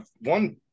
One